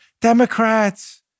Democrats